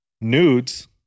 Nudes